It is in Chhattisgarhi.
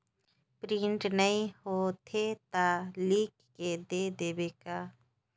प्रिंट नइ होथे ता लिख के दे देबे का?